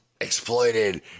Exploited